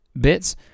bits